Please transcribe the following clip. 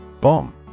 Bomb